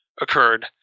occurred